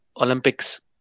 Olympics